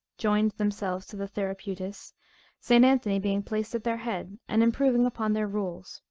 joined themselves to the therapeutes st. anthony being placed at their head, and improving upon their rules,